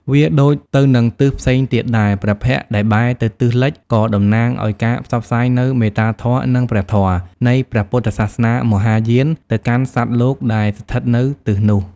វាដូចទៅនឹងទិសផ្សេងទៀតដែរ ព្រះភ័ក្ត្រដែលបែរទៅទិសលិចក៏តំណាងឱ្យការផ្សព្វផ្សាយនូវ មេត្តាធម៌និងព្រះធម៌ នៃព្រះពុទ្ធសាសនាមហាយានទៅកាន់សត្វលោកដែលស្ថិតនៅទិសនោះ។